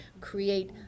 create